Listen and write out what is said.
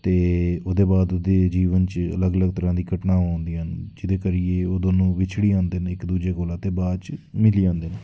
ते ओह्दे बाद ओह्दे जीवन च अलग अलग तरहां दी घटनां होंदियां न जेह्दे करियै ओह् दोनों बिशड़ी जंदे न इक दूजै कोला ते बाद च मिली जंदे न